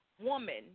woman